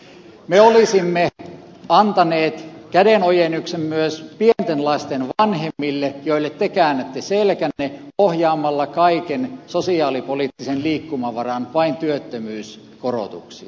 me olisimme antaneet kädenojennuksen myös pienten lasten vanhemmille joille te käännätte selkänne ohjaa malla kaiken sosiaalipoliittisen liikkumavaran vain työttömyyskorotuksiin